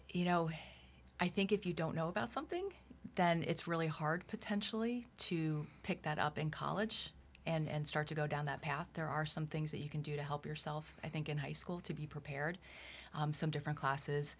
you know i think if you don't know about something that it's really hard potentially to pick that up in college and start to go down that path there are some things that you can do to help yourself i think in high school to be prepared some different classes